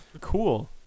Cool